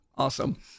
Awesome